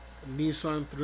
Nissan